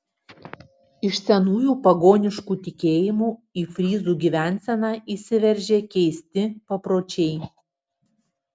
iš senųjų pagoniškų tikėjimų į fryzų gyvenseną įsiveržė keisti papročiai